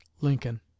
Lincoln